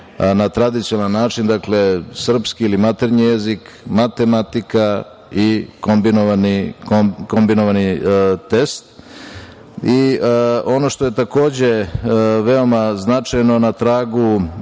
na tradicionalan način, dakle srpski ili maternji jezik, matematika i kombinovani test. Ono što je, takođe, veoma značajno na tragu